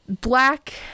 black